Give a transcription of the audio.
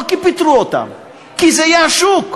לא כי פיטרו אותם אלא כי זה יהיה השוק,